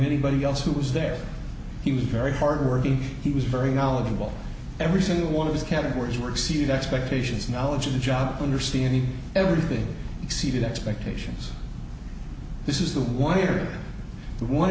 anybody else who was there he was very hardworking he was very knowledgeable every single one of these categories work see the expectations knowledge of the job under see any everything exceeded expectations this is the one here one